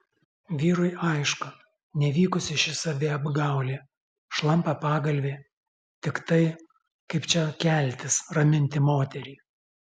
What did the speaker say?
vyrui aišku nevykusi ši saviapgaulė šlampa pagalvė tiktai kaip čia keltis raminti moterį